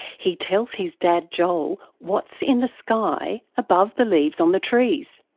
he tells his dad joel what's in the sky above the leaves on the trees.